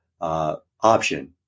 option